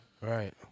Right